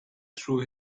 through